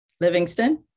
Livingston